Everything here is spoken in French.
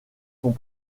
sont